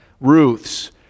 Ruth's